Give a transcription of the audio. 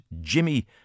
Jimmy